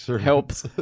helps